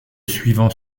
suivant